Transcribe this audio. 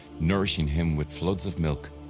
nourishing him with floods of milk.